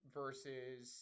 versus